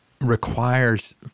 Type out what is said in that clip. requires